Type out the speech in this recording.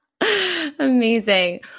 Amazing